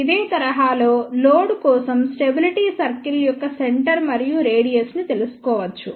ఇదే తరహాలో లోడ్ కోసం స్టెబిలిటీ సర్కిల్ యొక్క సెంటర్ మరియు రేడియస్ ని తెలుసుకోవచ్చు